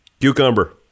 Cucumber